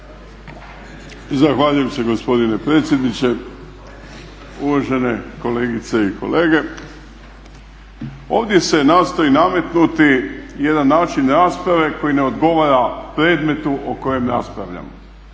Zahvaljujem se gospodine predsjedniče, uvažene kolegice i kolege. Ovdje se nastoji nametnuti jedan način rasprave koji ne odgovara predmetu o kojem raspravljamo.